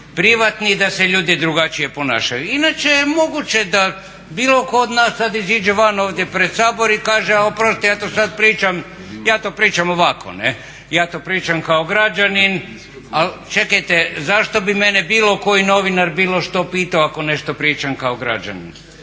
privatni da se ljudi drugačije ponašaju. Inače je moguće da bilo tko od nas sad iziđe van ovdje pred Sabor i kaže, oprostite ja to sad pričam ovako. Ne? Ja to pričam kao građanin. Ali čekajte, zašto bi mene bilo koji novinar bilo što pitao ako nešto pričam kao građanin,